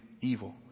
evil